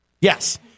yes